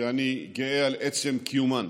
שאני גאה על עצם קיומן.